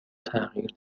تغییر